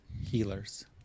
healers